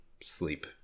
sleep